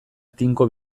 tinko